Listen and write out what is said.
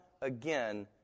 again